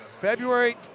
February